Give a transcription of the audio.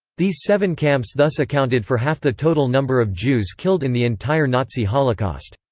these seven camps thus accounted for half the total number of jews killed in the entire nazi holocaust.